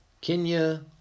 Kenya